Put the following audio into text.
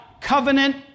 Covenant